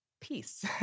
peace